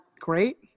great